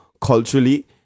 culturally